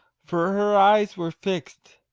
for her eyes were fixed,